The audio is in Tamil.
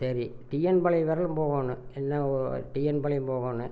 சரி டி என் பாளையம் வரையிலும் போகணும் என்ன ஓ டி என் பாளையம் போகணும்